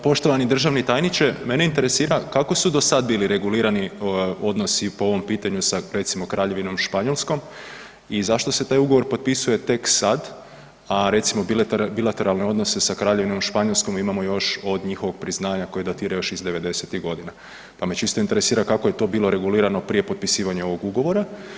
Poštovani državni tajniče, mene interesira kako su do sad bili regulirani odnosi po ovom pitanju, sa recimo Kraljevinom Španjolskom i zašto se taj Ugovor potpisuje tek sad, a recimo, bilateralne odnose sa Kraljevinom Španjolskom imamo još od njihovog priznanja koje datira još iz 90-ih godina, pa me čisto interesira kako je to bilo regulirano prije potpisivanja ovog Ugovora?